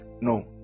no